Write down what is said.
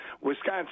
Wisconsin